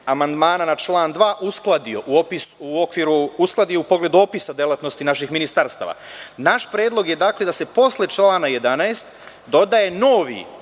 amandmana na član 2. uskladio u pogledu opisa delatnosti naših ministarstava. Naš predlog je da se posle člana 11. doda novi